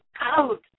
out